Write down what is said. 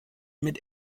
mit